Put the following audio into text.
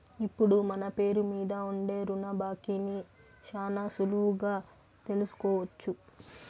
ఇప్పుడు మన పేరు మీద ఉండే రుణ బాకీని శానా సులువుగా తెలుసుకోవచ్చు